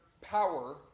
power